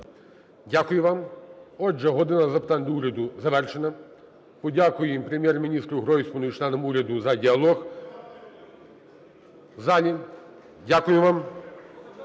Дякую вам. Отже, "година запитань до Уряду" завершена. Подякуємо Прем'єр-міністру Гройсману і членам уряду за діалог в залі. Дякуємо вам.